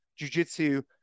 jujitsu